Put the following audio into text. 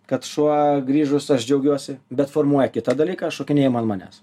kad šuo grįžus aš džiaugiuosi bet formuoja kitą dalyką šokinėjimą ant manęs